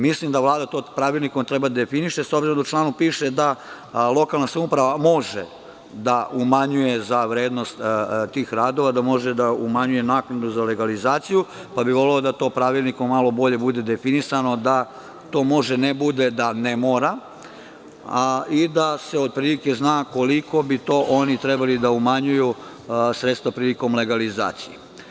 Mislim da Vlada treba da definiše to pravilnikom, s obzirom da u članu piše da lokalna samouprava može da umanjuje za vrednost tih radova, da može da umanjuje naknadu za legalizaciju, pa bih voleo da to pravilnikom bude malo bolje definisano, da to može da bude, ne mora i da se otprilike zna koliko bi to oni trebali da umanjuju sredstva prilikom legalizacije.